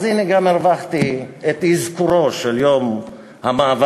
אז הנה גם הרווחתי את אזכורו של יום המאבק